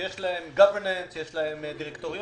שיש להם government, שיש להם דירקטוריון,